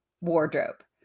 wardrobe